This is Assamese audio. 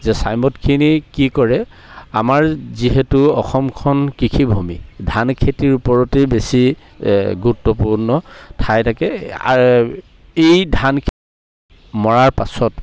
যে ছাই মদখিনি কি কৰে আমাৰ যিহেতু অসমখন কৃষিভূমি ধান খেতিৰ ওপৰতেই বেছি এ গুৰুত্বপূৰ্ণ ঠাই থাকে এই ধান মৰাৰ পাছত